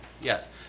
Yes